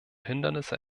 hindernisse